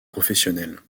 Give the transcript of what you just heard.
professionnels